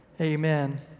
Amen